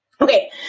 Okay